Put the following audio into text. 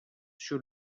sur